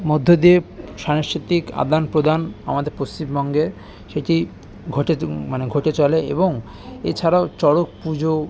মধ্য দিয়ে সাংস্কৃতিক আদান প্রদান আমাদের পশ্চিমবঙ্গে সেটি ঘটে মানে ঘটে চলে এবং এছাড়াও চড়ক পুজো